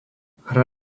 hra